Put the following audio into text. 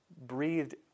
breathed